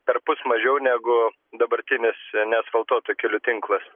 perpus mažiau negu dabartinis neasfaltuotų kelių tinklas